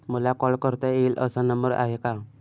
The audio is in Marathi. मला कॉल करता येईल असा नंबर आहे का?